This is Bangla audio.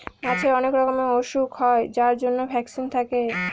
মাছের অনেক রকমের ওসুখ হয় যার জন্য ভ্যাকসিন থাকে